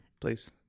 please